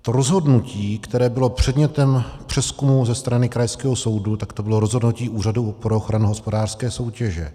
To rozhodnutí, které bylo předmětem přezkumu ze strany krajského soudu, bylo rozhodnutí Úřadu pro ochranu hospodářské soutěže.